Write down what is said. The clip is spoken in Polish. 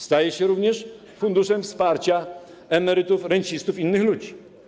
Stanie się również funduszem wsparcia emerytów, rencistów i innych ludzi.